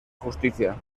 justicia